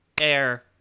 Air